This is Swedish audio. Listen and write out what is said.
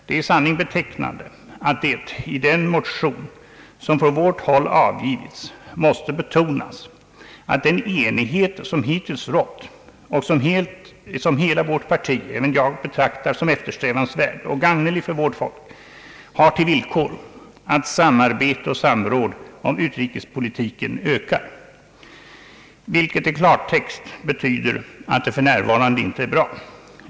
Det är i sanning betecknande att vi i den motion, som från vårt håll avgivits måste betona, att den enighet som hittills rått och som hela vårt parti, även jag, betraktar som eftersträvansvärd och gagnelig för vårt folk, har till villkor att samarbete och samråd om utrikespolitiken ökar, vilket i klartext betyder att detta för närvarande inte är bra.